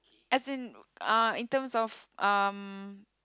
as in uh in terms of um